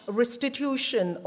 restitution